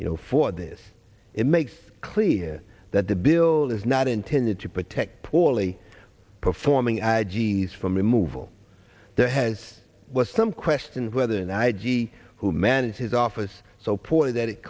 you know for this it makes clear that the bill is not intended to protect poorly performing i g s from removal there has was some question whether an i g who manage his office so poorly that it